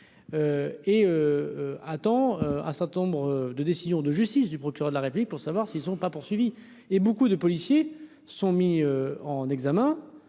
et attends à certains nombres de décisions de justice du procureur de la République pour savoir s'ils ne sont pas poursuivis et beaucoup de policiers, sont mis en examen